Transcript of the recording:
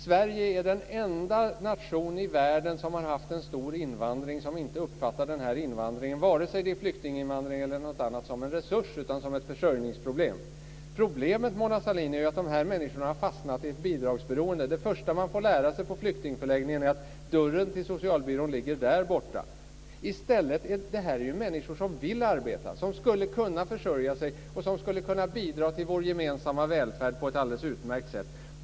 Sverige är den enda nation i världen som har haft en stor invandring - flyktinginvandring eller annat - som inte har uppfattat invandringen som en resurs utan som ett försörjningsproblem. Problemet är att dessa människor har fastnat i ett bidragsberoende. Det första de får lära sig på flyktingförläggningen är att dörren till socialbyrån ligger där borta. Det här är ju människor som vill arbeta, som skulle kunna försörja sig och som skulle kunna bidra till vår gemensamma välfärd på ett alldeles utmärkt sätt.